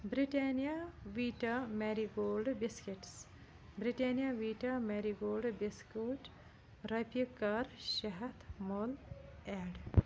Britannia Vita Marie Gold biscuits Britannia Vita Marie Gold biscuit رۄپیہِ کَر شےٚ ہَتھ مۄل ایٚڈ